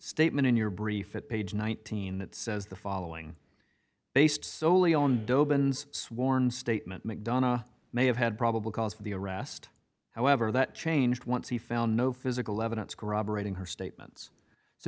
statement in your brief it page nineteen that says the following based solely on dobyns sworn statement mcdonough may have had probable cause for the arrest however that changed once he found no physical evidence corroborating her statements so